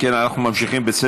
אם כן, אנחנו ממשיכים בסדר-היום.